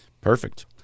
perfect